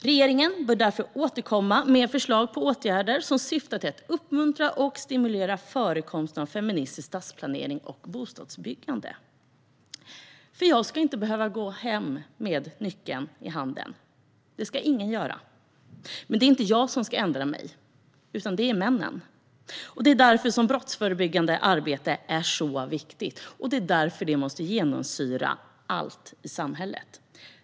Regeringen bör därför återkomma med förslag på åtgärder som syftar till att uppmuntra och stimulera förekomsten av feministisk stadsplanering och bostadsbyggande. Jag ska inte behöva gå hem med nyckeln i handen. Det ska ingen behöva. Men det är inte jag som ska ändra mig, utan det är männen. Det är därför brottsförebyggande arbete är viktigt, och det är därför det måste genomsyra allt i samhället.